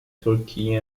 turkey